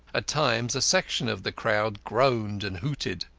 at times a section of the crowd groaned and hooted.